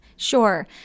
Sure